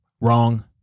Wrong